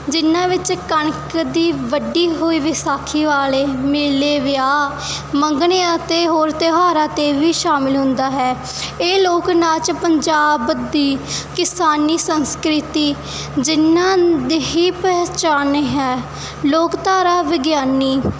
ਜਿਹਨਾਂ ਵਿੱਚ ਕਣਕ ਦੀ ਵੱਢੀ ਹੋਈ ਵਿਸਾਖੀ ਵਾਲੇ ਮੇਲੇ ਵਿਆਹ ਮੰਗਣੇ ਅਤੇ ਹੋਰ ਤਿਉਹਾਰਾਂ 'ਤੇ ਵੀ ਸ਼ਾਮਿਲ ਹੁੰਦਾ ਹੈ ਇਹ ਲੋਕ ਨਾਚ ਪੰਜਾਬ ਦੀ ਕਿਸਾਨੀ ਸੰਸਕ੍ਰਿਤੀ ਜਿਹਨਾਂ ਦੀ ਹੀ ਪਹਿਚਾਣ ਹੈ ਲੋਕਧਾਰਾ ਵਿਗਿਆਨੀ